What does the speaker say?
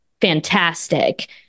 fantastic